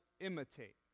Imitate